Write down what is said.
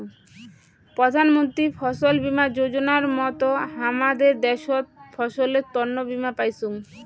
প্রধান মন্ত্রী ফছল বীমা যোজনার মত হামাদের দ্যাশোত ফসলের তন্ন বীমা পাইচুঙ